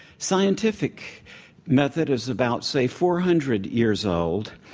scientific method is about, say, four hundred years old.